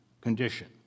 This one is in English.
condition